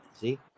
see